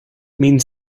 means